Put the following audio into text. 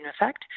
effect